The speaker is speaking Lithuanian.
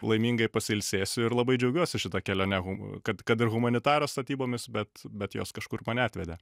laimingai pasiilsėsiu ir labai džiaugiuosi šita kelione hum kad kad ir humanitaro statybomis bet bet jos kažkur mane atvedė